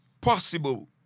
possible